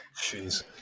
jeez